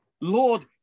Lord